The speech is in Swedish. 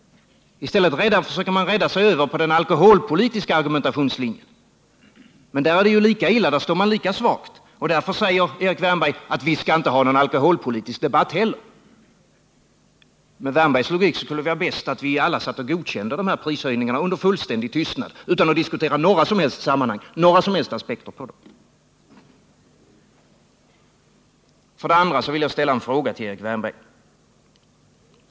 I stället försöker man rädda sig över på den alkoholpolitiska argumentationslinjen. Men där är det lika illa — där blir argumentationen lika svag. Därför säger Erik Wärnberg att vi skall inte ha någon alkoholpolitisk debatt heller. Med Erik Wärnbergs logik skulle det vara bäst att vi alla satt här och godkände prishöjningarna under fullständig tystnad, utan att diskutera några som helst sammanhang och utan att föra fram några som helst synpunkter. Vidare vill jag ställa en fråga till Erik Wärnberg.